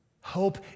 Hope